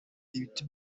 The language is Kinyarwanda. ibiti